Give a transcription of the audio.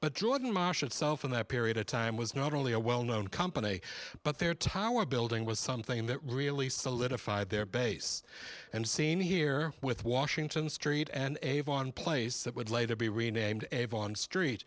but jordan marsh itself in that period of time was not only a well known company but their tawa building was something that really solidified their base and scene here with washington street and avon place that would later be renamed avon street